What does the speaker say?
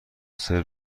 سرو